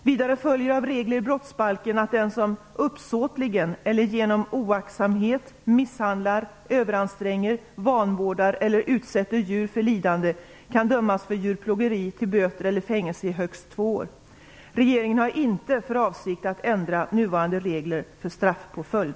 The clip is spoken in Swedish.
Vidare följer av regler i brottsbalken att den som uppsåtligen eller genom oaktsamhet misshandlar, överanstränger, vanvårdar eller utsätter djur för lidande kan dömas för djurplågeri till böter eller fängelse i högst två år. Regeringen har inte för avsikt att ändra nuvarande regler för straffpåföljd.